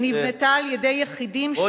ונבנתה על-ידי יחידים שכבשו,